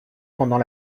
pendant